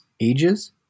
ages